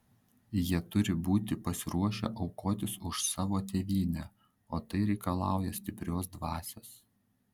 jie turi būti pasiruošę aukotis už savo tėvynę o tai reikalauja stiprios dvasios